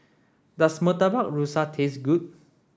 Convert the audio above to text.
does Murtabak Rusa taste good